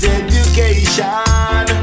education